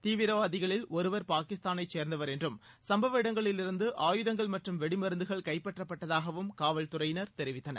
தீவிரவாதிகளில் ஒருவர் பாகிஸ்தானைச் சேர்ந்தவர் என்றும் சம்பவ இடங்களிலிருந்து ஆயுதங்கள் மற்றும் வெடிமருந்துகள் கைப்பற்றப்பட்டதாகவும் காவல்துறையினர் தெரிவித்தனர்